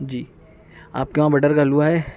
جی آپ کے وہاں بٹر کا حلوہ ہے